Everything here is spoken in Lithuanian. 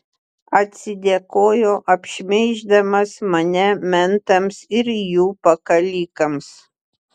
atsidėkojo apšmeiždamas mane mentams ir jų pakalikams